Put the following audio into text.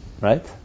Right